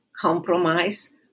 compromise